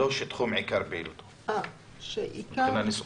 לא שתחום עיקר פעילותו, מבחינה ניסוחית.